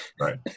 right